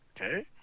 Okay